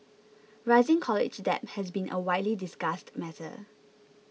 rising college debt has been a widely discussed matter